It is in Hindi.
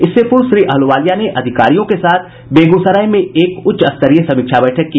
इससे पूर्व श्री अहलूवालिया ने अधिकारियों के साथ बेगूसराय में एक उच्च स्तरीय समीक्षा बैठक की